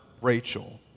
Rachel